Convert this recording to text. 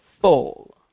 full